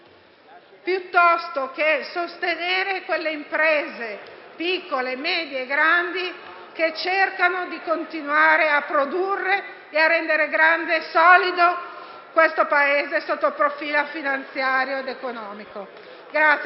piuttosto che sostenere quelle imprese piccole, medie e grandi che cercano di continuare a produrre e a rendere grande e solido questo Paese sotto il profilo finanziario ed economico.